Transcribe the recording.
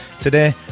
today